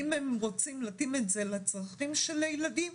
אם הם רוצים להתאים את זה לצרכים של הילדים,